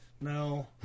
no